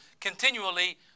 continually